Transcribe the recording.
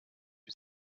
jya